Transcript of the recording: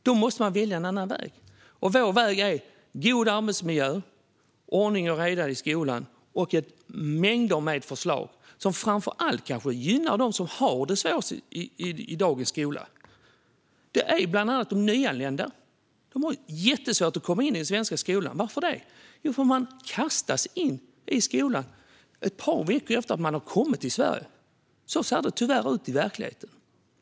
Då måste man välja en annan väg. Vår väg innebär god arbetsmiljö, ordning och reda i skolan och mängder med förslag som framför allt kanske gynnar dem som har det svårast i dagens skola. Det är bland annat de nyanlända. De har jättesvårt att komma in i den svenska skolan. Varför? Jo, de kastas in i skolan ett par veckor efter att de har kommit till Sverige. Så ser det tyvärr ut i verkligheten.